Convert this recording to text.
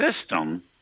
system